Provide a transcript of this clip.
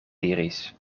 diris